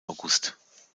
august